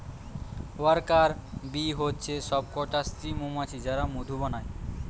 worker bee হচ্ছে সব কটা স্ত্রী মৌমাছি যারা মধু বানায়